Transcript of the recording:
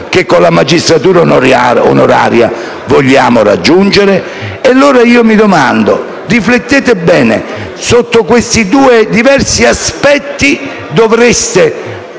che con la magistratura onoraria vogliamo raggiungere? Vi invito allora a riflettere bene. Sotto questi due diversi aspetti dovreste